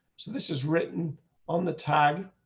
so this is written on the tag.